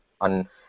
on